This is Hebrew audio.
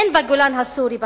אין בגולן הסורי "בצלם"